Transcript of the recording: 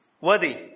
worthy